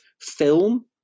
film